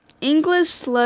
English